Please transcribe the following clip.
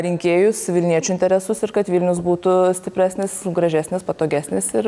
rinkėjus vilniečių interesus ir kad vilnius būtų stipresnis gražesnis patogesnis ir